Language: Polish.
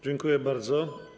Dziękuję bardzo.